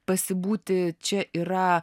pasibūti čia yra